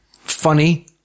Funny